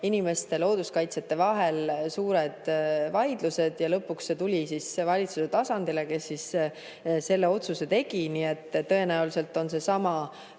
inimeste ja looduskaitsjate vahel suured vaidlused ja lõpuks see tuli valitsuse tasandile, kes selle otsuse tegi. Nii et tõenäoliselt on sama